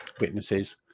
witnesses